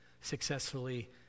successfully